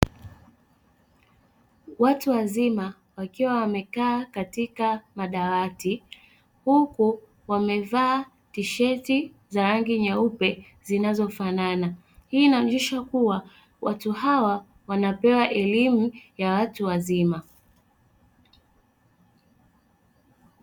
Watu wazima wakiwa wamekaa katika madawati huku wamevaa tisheti za rangi nyeupe zinazofanana, hii inaonesha kuwa watu hawa wanapewa elimu ya watu wazima.